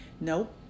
Nope